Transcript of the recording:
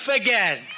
again